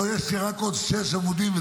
אתה יכול לחזור מההתחלה?